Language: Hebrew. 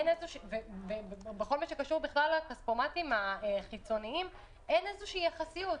ובכל מה שקשור לכספומטים החיצוניים אין איזושהי יחסיות.